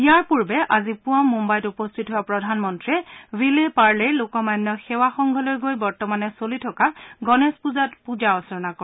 ইয়াৰ পূৰ্বে আজি পুৱা মুদ্বাইত উপস্থিত হোৱা প্ৰধানমন্ত্ৰীয়ে ভিলে পাৰ্লে লোকমান্য সেৱ সংঘলৈ গৈ বৰ্তমানে চলি থকা গণেশ পূজাত পূজা অৰ্চনা কৰে